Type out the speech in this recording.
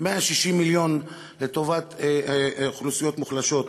160 מיליון לטובת אוכלוסיות מוחלשות.